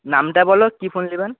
নামটা বলো কি ফোন নেবেন